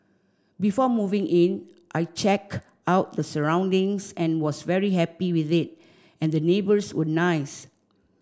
before moving in I check out the surroundings and was very happy with it and the neighbours were nice